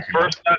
First